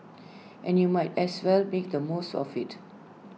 and you might as well make the most of IT